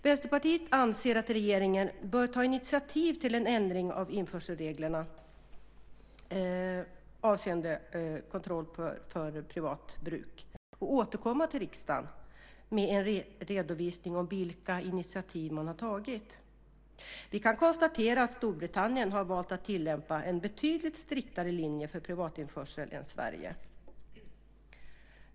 Vänsterpartiet anser att regeringen bör ta initiativ till en ändring av införselreglerna avseende alkohol för privat bruk och återkomma till riksdagen med en redovisning av vilka initiativ man tagit. Vi kan konstatera att Storbritannien har valt att tillämpa en betydligt striktare linje för privatinförsel än Sverige.